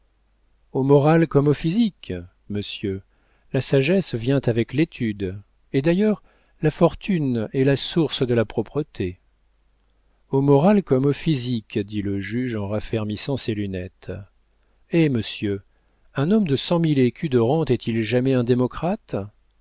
au moral comme au physique monsieur la sagesse vient avec l'étude et d'ailleurs la fortune est la source de la propreté au moral comme au physique dit le juge en raffermissant ses lunettes eh monsieur un homme de cent mille écus de rente est-il jamais un démocrate